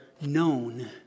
known